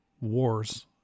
wars